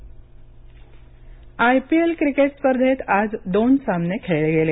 IPL IPL cricket स्पर्धेत आज दोन सामने खेळले गेले